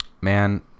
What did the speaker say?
Man